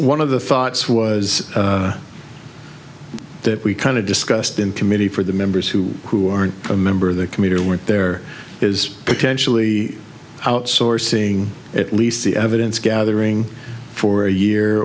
one of the thoughts was that we kind of discussed in committee for the members who who aren't a member of the commuter weren't there is potentially outsourcing at least the evidence gathering for a year